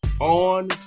on